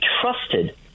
trusted